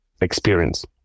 experience